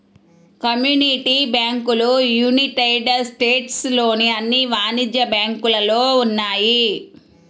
community బ్యాంకులు United States లోని అన్ని వాణిజ్య బ్యాంకులలో ఉన్నాయి